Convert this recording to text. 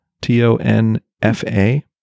t-o-n-f-a